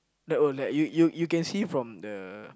the oh like you you you can see from the